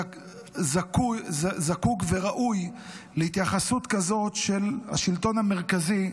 זקוק וראוי להתייחסות כזאת של השלטון המרכזי,